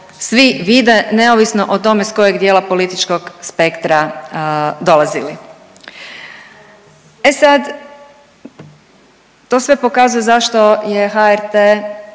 svi vide neovisno o tome s kojeg dijela političkog spektra dolazili. E sad, to sve pokazuje zašto je HRT